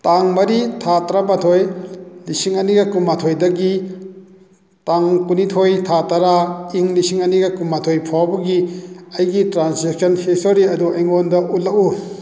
ꯇꯥꯡ ꯃꯔꯤ ꯊꯥ ꯇ꯭ꯔꯥꯃꯥꯊꯣꯏ ꯂꯤꯁꯤꯡ ꯑꯅꯤꯒ ꯀꯨꯟꯃꯥꯊꯣꯏꯗꯒꯤ ꯇꯥꯡ ꯀꯨꯟꯅꯤꯊꯣꯏ ꯊꯥ ꯇꯔꯥ ꯏꯪ ꯂꯤꯁꯤꯡ ꯑꯅꯤꯒ ꯀꯨꯟꯃꯥꯊꯣꯏ ꯐꯥꯎꯕꯒꯤ ꯑꯩꯒꯤ ꯇ꯭ꯔꯥꯟꯖꯦꯛꯁꯟ ꯍꯤꯁꯇꯔꯤ ꯑꯗꯨ ꯑꯩꯉꯣꯟꯗ ꯎꯠꯂꯛꯎ